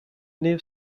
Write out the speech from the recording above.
new